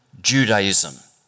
Judaism